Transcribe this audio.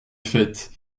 faîte